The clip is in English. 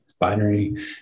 binary